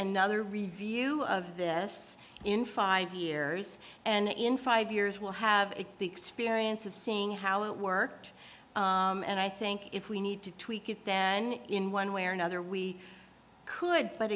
another review of this in five years and in five years we'll have the experience of seeing how it worked and i think if we need to tweak it then in one way or another we could but